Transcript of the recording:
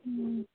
ꯎꯝ